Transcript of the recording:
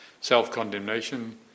self-condemnation